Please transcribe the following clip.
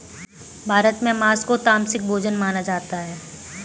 भारत में माँस को तामसिक भोजन माना जाता है